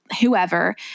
whoever